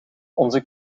onze